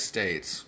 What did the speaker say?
States